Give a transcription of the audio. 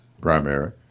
Primary